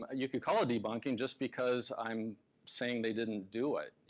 ah you could call it debunking just because i'm saying they didn't do it.